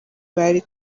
bari